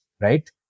right